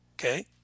okay